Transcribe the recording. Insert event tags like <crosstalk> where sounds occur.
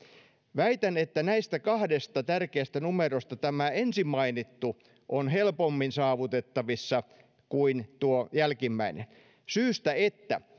väitän että näistä kahdesta tärkeästä numerosta tämä ensin mainittu on helpommin saavutettavissa kuin tuo jälkimmäinen syystä että <unintelligible>